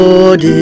Lord